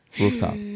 Rooftop